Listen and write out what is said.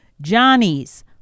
Johnny's